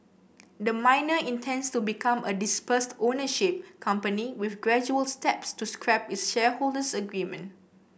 the miner intends to become a dispersed ownership company with gradual steps to scrap its shareholders agreement